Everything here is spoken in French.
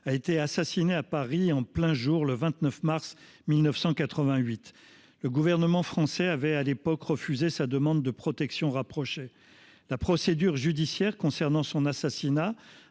a été assassinée à Paris en plein jour le 29 mars 1988. À l’époque, le gouvernement français avait refusé sa demande de protection rapprochée. La procédure judiciaire concernant son assassinat